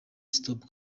stop